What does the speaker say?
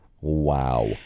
Wow